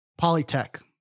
Polytech